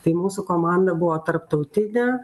tai mūsų komanda buvo tarptautinė